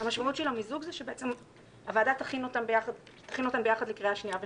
המשמעות של המיזוג זה שהוועדה תכין אותן יחד לקריאה שנייה ושלישית,